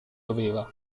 doveva